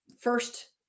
first